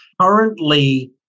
currently